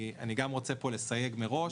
ואני רוצה פה לסייג מראש,